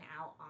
out